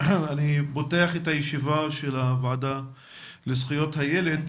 אני פותח את הישיבה של הוועדה לזכויות הילד,